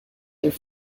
their